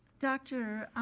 dr.